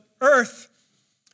earth